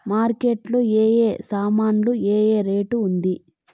Market లో ఏ ఏ సామాన్లు ఏ ఏ రేటు ఉంది?